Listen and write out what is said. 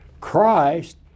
Christ